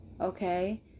Okay